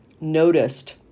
noticed